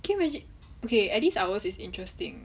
can you imagine okay at least ours is interesting